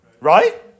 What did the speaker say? Right